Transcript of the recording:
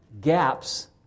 gaps